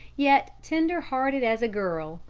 yet tender-hearted as a girl,